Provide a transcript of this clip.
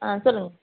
ஆ சொல்லுங்கள்